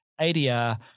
ADR